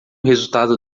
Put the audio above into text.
resultado